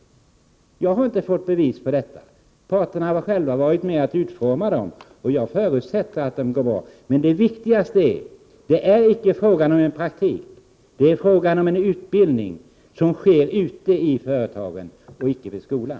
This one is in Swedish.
Jag har inte fått bevis för detta. Parterna har själva varit med om att utforma läroplanerna. Jag förutsätter att de är bra. Men det viktigaste är att det inte är fråga om praktik, utan det är fråga om en utbildning som sker ute på företagen och inte i skolan.